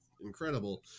incredible